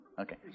okay